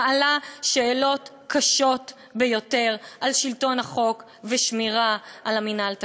מעלה שאלות קשות ביותר על שלטון החוק ושמירה על מינהל תקין.